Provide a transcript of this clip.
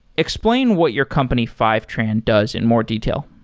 explain what your company fivetran does in more detail.